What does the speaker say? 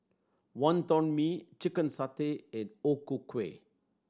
Wonton Mee chicken satay and O Ku Kueh